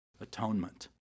atonement